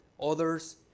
Others